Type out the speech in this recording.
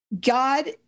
God